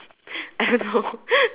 I know